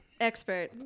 expert